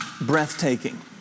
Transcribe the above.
breathtaking